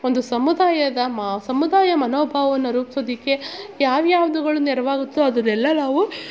ಒಂದು ಸಮುದಾಯದ ಮಾ ಸಮುದಾಯ ಮನೋಭಾವವನ್ನು ರೂಪಿಸೋದಿಕ್ಕೆ ಯಾವ್ಯಾ ವ್ದುಗಳು ನೆರವಾಗತ್ತೊ ಅದುನ್ನೆಲ್ಲ ನಾವು